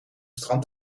strand